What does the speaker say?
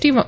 T